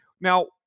now